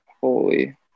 holy